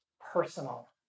personal